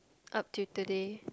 up till today